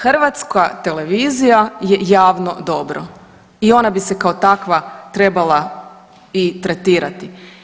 Hrvatska televizija je javno dobro i ona bi se kao takva trebala i tretirati.